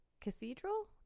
cathedral